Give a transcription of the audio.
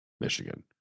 Michigan